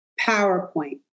PowerPoint